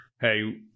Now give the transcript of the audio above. hey